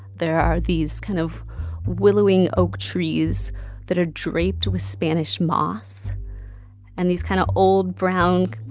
there are these kind of willowing oak trees that are draped with spanish moss and these kind of old, brown,